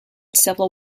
civil